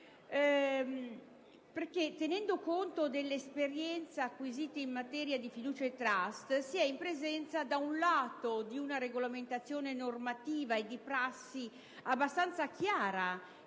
tenendo conto dell'esperienza acquisita in materia di fiducia e *trust*, si è in presenza di una regolamentazione normativa e di prassi abbastanza chiara